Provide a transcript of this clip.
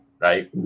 right